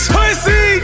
Pussy